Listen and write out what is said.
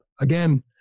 Again